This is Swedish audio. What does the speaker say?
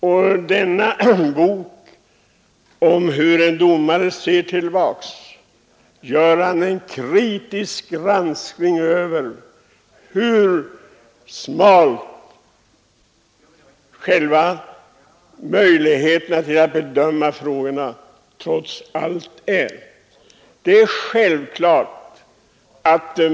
I boken gör författaren en kritisk granskning av hur små möjligheterna att bedöma frågorna trots allt är.